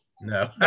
No